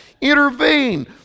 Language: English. Intervene